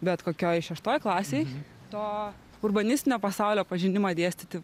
bet kokioj šeštoj klasėj to urbanistinio pasaulio pažinimą dėstyti